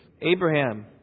Abraham